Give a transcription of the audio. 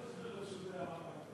זה יבוא אחר כך.